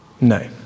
No